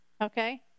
Okay